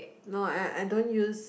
no I I don't use